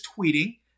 tweeting